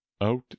out